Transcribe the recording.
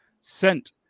sent